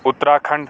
Uttarakhand